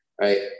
Right